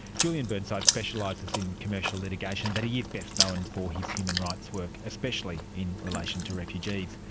julian burnside specialises in commercial litigation but he is best known for his human rights work, especially in relation to refugees.